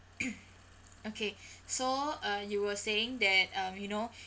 okay so uh you were saying that uh you know